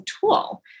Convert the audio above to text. tool